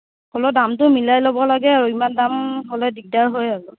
হ'লেও দামটো মিলাই ল'ব লাগে আৰু ইমান দাম হ'লে দিগদাৰ হয় আৰু